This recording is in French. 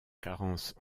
carence